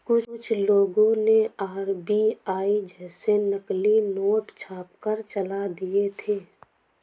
कुछ लोगों ने आर.बी.आई जैसे नकली नोट छापकर चला दिए थे